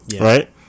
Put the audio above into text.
Right